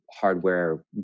hardware